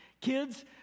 Kids